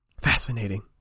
Fascinating